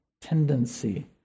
tendency